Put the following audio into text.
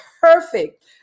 perfect